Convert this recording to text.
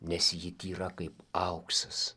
nes ji tyra kaip auksas